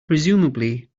presumably